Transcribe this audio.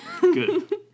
Good